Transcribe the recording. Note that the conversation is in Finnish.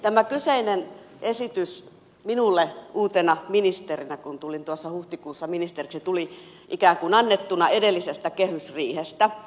tämä kyseinen esitys tuli minulle uutena ministerinä kun tulin tuossa huhtikuussa ministeriksi ikään kuin annettuna edellisestä kehysriihestä